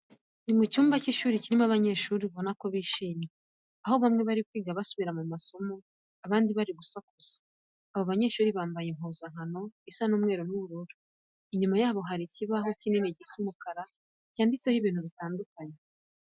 Ni mu cyumba cy'ishuri kirimo abanyeshuri ubona ko bishimye, aho bamwe bari kwiga basubira mu masomo abandi bo bari gusakuza. Abo banyeshuri bambaye impuzankano isa umweru n'ubururu. Inyuma yabo hari ikibaho kinini gisa umukara cyanditseho ibintu bitandukanye.